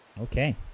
Okay